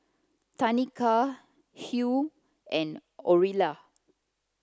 Tanika Hugh and Orilla